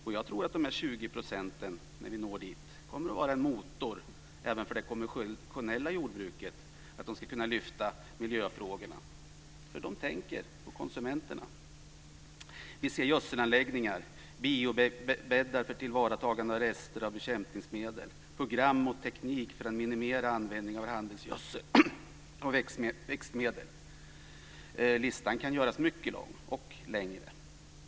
Och jag tror att dessa 20 %, när vi når dit, kommer att vara en motor även för det konventionella jordbruket och att de ska kunna lyfta fram miljöfrågorna, eftersom de tänker på konsumenterna. Vi ser gödselanläggningar, biobäddar för tillvaratagande av rester av bekämpningsmedel, program och teknik för att minimera användning av handelsgödsel och växtmedel. Listan kan göras mycket lång.